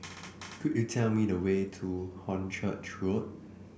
could you tell me the way to Hornchurch Road